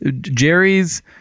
Jerry's